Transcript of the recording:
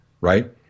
Right